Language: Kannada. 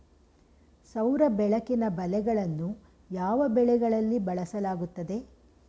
ಸೌರ ಬೆಳಕಿನ ಬಲೆಗಳನ್ನು ಯಾವ ಬೆಳೆಗಳಲ್ಲಿ ಬಳಸಲಾಗುತ್ತದೆ?